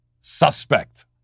Suspect